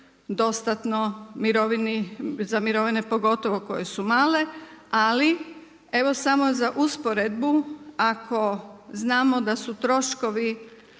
dostatno za mirovine pogotovo koje su male, ali evo samo za usporedbu, ako znamo da su troškovi